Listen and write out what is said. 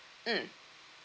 mm